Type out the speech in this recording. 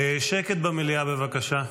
שקט במליאה, בבקשה.